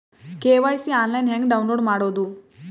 KYC online ಹೆಂಗ್ download ಮಾಡೋದು?